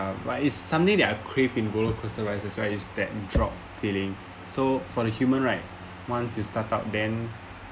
but it's something that I craved in rollercoaster rides as well it's that drop feeling so for the human right once you start out then